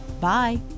Bye